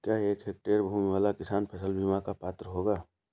क्या एक हेक्टेयर भूमि वाला किसान फसल बीमा का पात्र होगा?